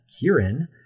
Kieran